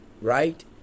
right